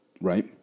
Right